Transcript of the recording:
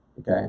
Okay